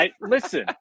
Listen